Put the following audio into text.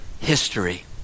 history